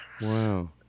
Wow